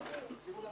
כן.